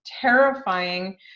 terrifying